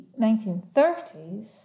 1930s